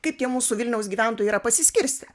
kaip tie mūsų vilniaus gyventojai yra pasiskirstę